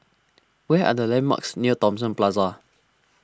what are the landmarks near Thomson Plaza